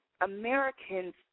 Americans